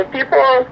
People